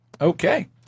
Okay